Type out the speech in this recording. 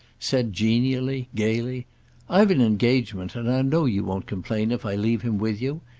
said genially, gaily i've an engagement, and i know you won't complain if i leave him with you.